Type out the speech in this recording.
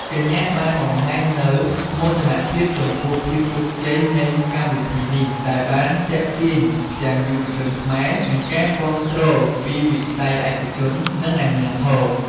កញ្ញាបានបង្ហាញនូវមោទនភាពចំពោះភាពជោគជ័យនៃកម្មវិធីនេះ ដែលបានទាក់ទាញទាំងយុវជនខ្មែរ និងការគាំទ្រពីវិស័យឯកជន និងអាជ្ញាធរ។